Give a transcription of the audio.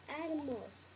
animals